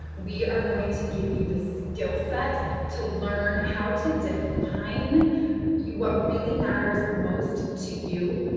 we are going to give you the skillset to learn how to define you, what really matters most to you.